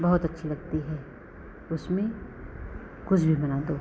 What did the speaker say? बहुत अच्छी लगती है उसमें कुछ भी बना दो